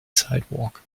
sidewalk